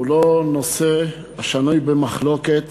הוא לא נושא שנוי במחלוקת